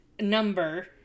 number